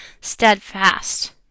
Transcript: steadfast